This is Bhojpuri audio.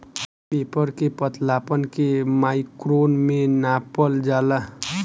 पेपर के पतलापन के माइक्रोन में नापल जाला